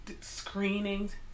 screenings